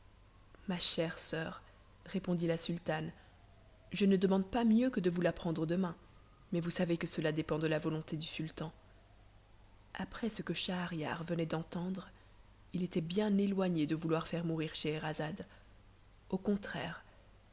ma chère soeur répondit la sultane je ne demande pas mieux que de vous l'apprendre demain mais vous savez que cela dépend de la volonté du sultan après ce que schahriar venait d'entendre il était bien éloigné de vouloir faire mourir scheherazade au contraire